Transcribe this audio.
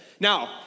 Now